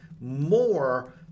more